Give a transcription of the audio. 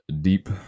deep